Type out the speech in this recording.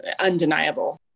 undeniable